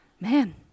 man